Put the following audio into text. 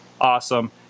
awesome